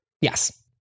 Yes